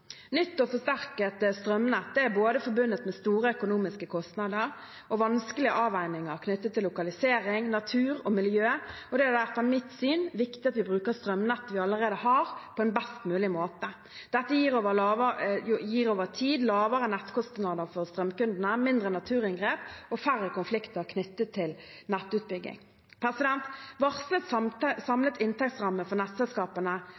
Nytt og forsterket strømnett er forbundet med både store økonomiske kostnader og vanskelige avveininger knyttet til lokalisering, natur og miljø. Da er det, i hvert fall etter mitt syn, viktig at vi bruker strømnettet vi allerede har, på en best mulig måte. Dette gir over tid lavere nettkostnader for strømkundene, mindre naturinngrep og færre konflikter knyttet til nettutbygging. Varslet samlet inntektsramme for nettselskapene,